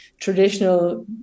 traditional